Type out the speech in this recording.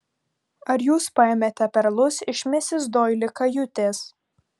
ar jūs paėmėte perlus iš misis doili kajutės